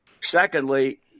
Secondly